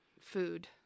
food